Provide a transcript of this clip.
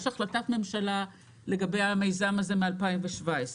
יש החלטת ממשלה לגבי המיזם הזה מ-2017.